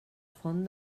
font